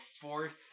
fourth